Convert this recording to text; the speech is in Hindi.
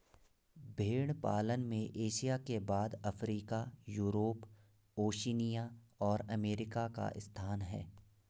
भेंड़ पालन में एशिया के बाद अफ्रीका, यूरोप, ओशिनिया और अमेरिका का स्थान है